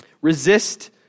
Resist